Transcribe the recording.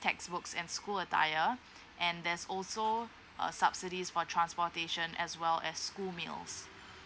text books and school attire and there's also a subsidies for transportation as well as school meals